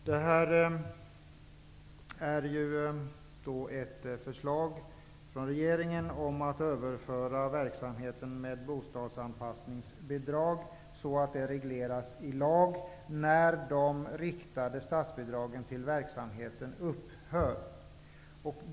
Vi har nu behandlat ett förslag från regeringen om att överföra verksamheten med bostadsanpassningsbidrag till att regleras i lag när de riktade statsbidragen till verksamheten upphör.